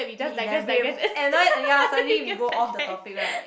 we elaborate and ya suddenly we go off the topic right